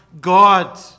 God